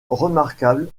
remarquable